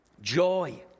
Joy